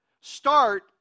start